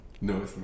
No